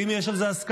ואם יש על זה הסכמה,